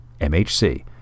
MHC